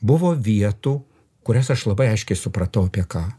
buvo vietų kurias aš labai aiškiai supratau apie ką